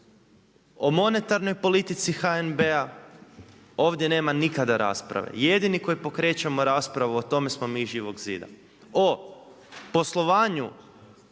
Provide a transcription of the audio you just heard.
O monetarnoj politici HNB-a ovdje nema nikada rasprave. Jedini koji pokrećemo raspravu o tome smo mi iz Živog zida. O poslovanju